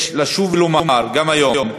יש לשוב ולומר גם היום,